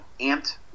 Amped